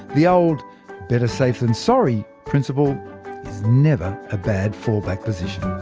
the old better-safe-than-sorry principle is never a bad fall back position.